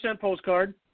postcard